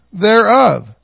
thereof